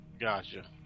Gotcha